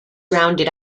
rounded